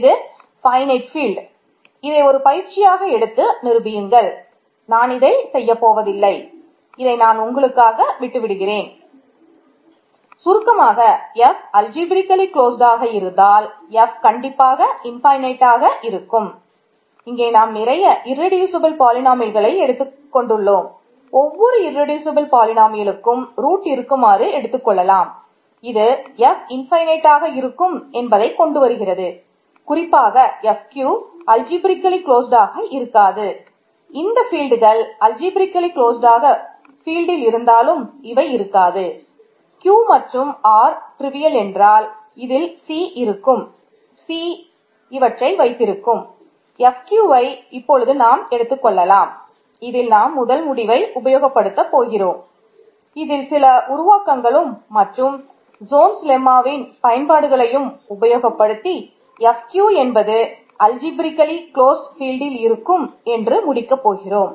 இங்கே நாம் நிறைய இர்ரெடியூசபல் இருக்கும் என்று முடிக்கப் போகிறோம்